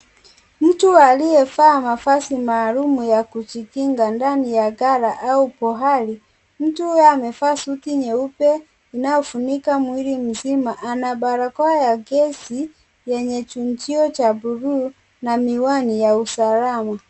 Mtu alivaa mavazi maalum ya kujikinga ndani ya ghala au pahali. mtu ameva suti nyeupe inayofunika mwili mzima. Ana barakoa ya gesi yenye chunjio cha bluu na miwani ya usalama.